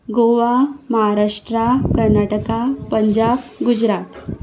Goa Maharashtra Karnataka Punjab Gujarat